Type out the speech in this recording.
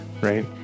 right